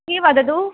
किं वदतु